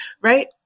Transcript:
right